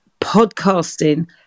podcasting